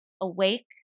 awake